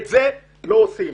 את זה לא עושים.